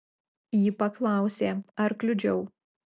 ji paklausė ar kliudžiau